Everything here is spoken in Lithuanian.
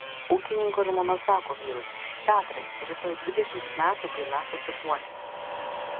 ūkininko žmona sako vyrui petrai rytoj dvidešimt metų kai mes susituokę